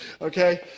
okay